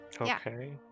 Okay